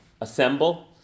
assemble